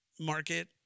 Market